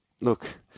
look